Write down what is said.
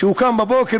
שכשהוא קם בבוקר,